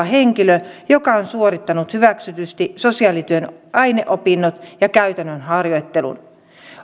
henkilö joka on suorittanut hyväksytysti sosiaalityön aineopinnot ja käytännön harjoittelun